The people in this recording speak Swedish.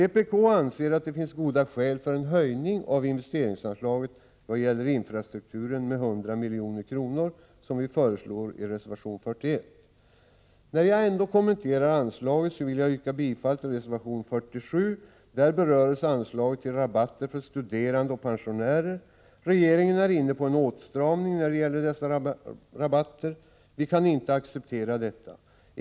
Vpk anser att det finns goda skäl för en höjning av investeringsanslaget vad gäller infrastrukturen med 100 milj.kr., som vi föreslår i reservation 41. När jag ändå kommenterar anslaget vill jag yrka bifall till reservation 47. Där berörs anslaget till rabatter för studerande och pensionärer. Regeringen är inne på en åtstramning när det gäller dessa rabatter. Vi kan inte acceptera detta.